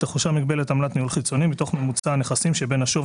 תחושב מגבלת עמלת ניהול חיצוני מתוך ממוצע הנכסים שבין השווי